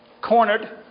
cornered